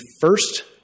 first